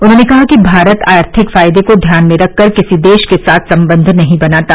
उन्होंने कहा कि भारत आर्थिक फायदे को ध्यान में रखकर किसी देश के साथ संबंध नहीं बनाता